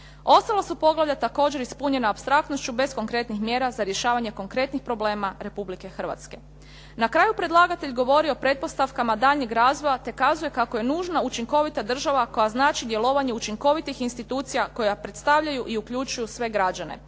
Ostala su poglavlja također ispunjena apstraktnošću bez konkretnih mjera za rješavanje konkretnih problema Republike Hrvatske. Na kraju predlagatelj govori o pretpostavkama daljnjeg razvoja te kazuje kako je nužna učinkovita država koja znači djelovanje učinkovitih institucija koja predstavljaju i uključuju sve građane.